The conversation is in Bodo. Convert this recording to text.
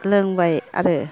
लोंबाय आरो